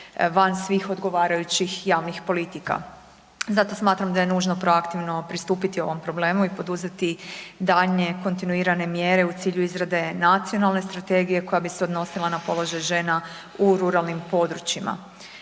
van svih odgovarajućih javnih politika zato smatram da je nužno proaktivno pristupiti ovom problem i poduzeti daljnje kontinuirane mjere u cilju izrade nacionalne strategije koja bi se odnosila na položaj žena u ruralnim područjima.